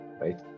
right